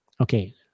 okay